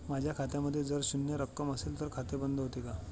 माझ्या खात्यामध्ये जर शून्य रक्कम असेल तर खाते बंद होते का?